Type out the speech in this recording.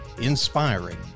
Inspiring